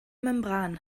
membran